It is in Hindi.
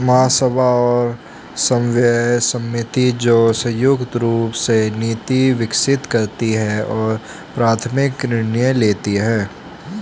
महासभा और समन्वय समिति, जो संयुक्त रूप से नीति विकसित करती है और प्राथमिक निर्णय लेती है